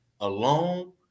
alone